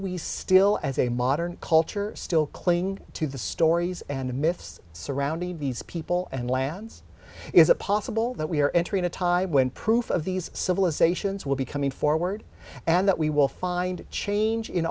we still as a modern culture still cling to the stories and myths surrounding these people and lands is it possible that we are entering a time when proof of these civilizations will be coming forward and that we will find change in